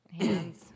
hands